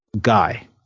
Guy